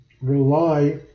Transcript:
rely